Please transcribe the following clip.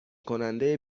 کننده